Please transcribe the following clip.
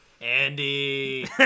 Andy